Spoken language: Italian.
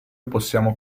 possiamo